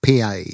PA